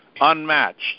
unmatched